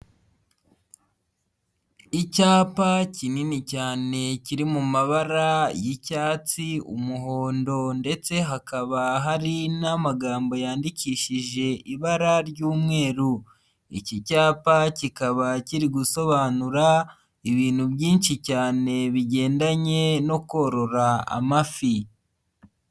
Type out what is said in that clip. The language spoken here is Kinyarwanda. Icyapa kinini cyane kiri mu mabara y'icyatsi, umuhondo ndetse hakaba hari n'amagambo yandikishije ibara ry'umweru, iki cyapa kikaba kiri gusobanura ibintu byinshi cyane bigendanye no korora amafi.